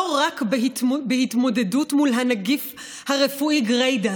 רק בהתמודדות מול הנגיף הרפואי גרידא